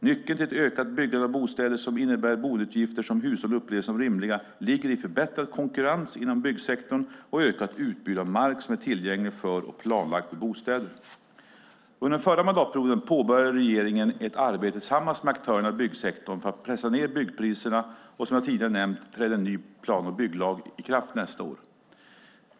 Nyckeln till ett ökat byggande av bostäder som innebär boendeutgifter som hushållen upplever som rimliga ligger i förbättrad konkurrens inom byggsektorn och ökat utbud av mark som är tillgänglig för och planlagd för bostäder. Under den förra mandatperioden påbörjade regeringen ett arbete tillsammans med aktörerna i byggsektorn för att pressa ned byggpriserna, och som jag tidigare nämnt träder en ny plan och bygglag i kraft nästa år.